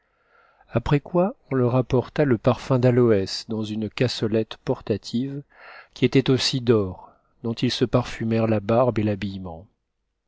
après quoi on leur apporta le parfum d'aioès dans une cassolette portative qui était aussi d'or dont ils se parfumèrent la barbe et l'habillement